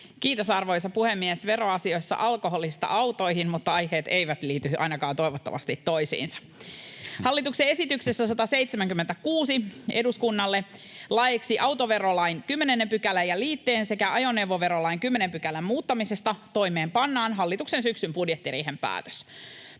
Kiitos, arvoisa puhemies! Veroasioissa alkoholista autoihin, mutta aiheet eivät liity ainakaan toivottavasti toisiinsa. Hallituksen esityksessä 176 eduskunnalle laeiksi autoverolain 10 §:n ja liitteen sekä ajoneuvoverolain 10 §:n muuttamisesta toimeenpannaan hallituksen syksyn budjettiriihen päätös,